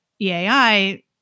EAI